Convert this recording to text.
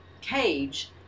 cage